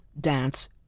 dance